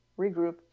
regroup